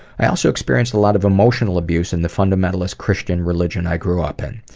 i also experienced a lot of emotional abuse in the fundamentalist christian religion i grew up in.